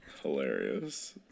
Hilarious